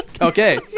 Okay